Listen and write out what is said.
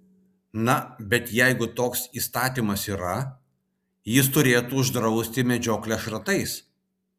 na bet jeigu toks įstatymas yra jis turėtų uždrausti medžioklę šratais